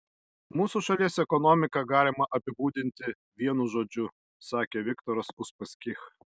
mūsų šalies ekonomiką galima apibūdinti vienu žodžiu sakė viktoras uspaskich